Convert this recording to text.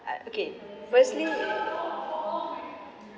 I okay firstly